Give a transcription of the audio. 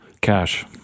Cash